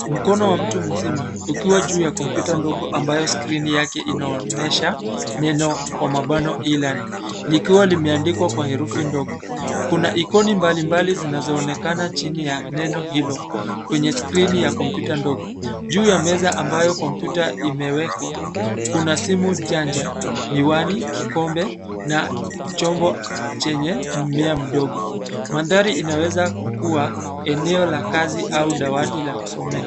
Mkono wa mtu mzima, ukiwa juu ya kompyuta ndogo ambayo skrini yake inaonyesha neno, kwa mabano e-learning , likiwa limeandikwa kwa herufi ndogo. Kuna ikoni mbalimbali zinazoonekana chini ya neno hilo kwenye skrini ya kompyuta ndogo. Juu ya meza ambayo kompyuta imewekwa, kuna simu janja, miwani, kikombe na chombo chenye mmea mdogo. Mandhari inaweza kua eneo la kazi au dawati la kusomea.